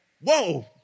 Whoa